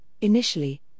Initially